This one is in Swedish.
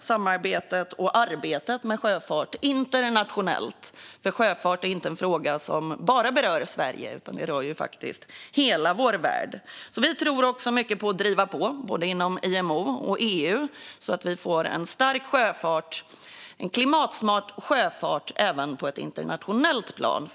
samarbetet och arbetet med sjöfart internationellt. Sjöfart är ju inte en fråga som bara berör Sverige, utan det rör faktiskt hela vår värld. Vi tror också mycket på att driva på både inom IMO och EU så att vi får en stark och klimatsmart sjöfart även på ett internationellt plan.